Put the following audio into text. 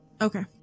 Okay